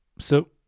so